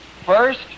First